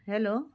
hello